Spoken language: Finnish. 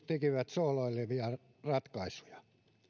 tekivät sooloilevia ratkaisuja